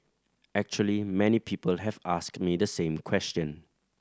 actually many people have asked me the same question